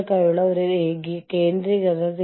ഇവിടെത്തെ ആദ്യപടി പരിണാമമാണ്